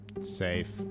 Safe